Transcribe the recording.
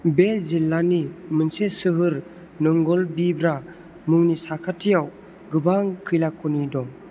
बे जिल्लानि मोनसे सोहोर नोंगलबिब्रा मुंनि साखाथियाव गोबां खैलाख'नि दं